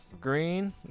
Green